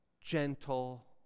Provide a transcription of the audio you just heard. gentle